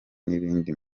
n’ibindi